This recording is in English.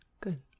Good